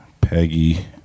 Peggy